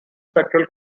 spectral